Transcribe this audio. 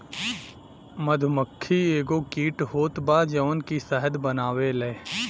मधुमक्खी एगो कीट होत बा जवन की शहद बनावेले